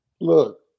Look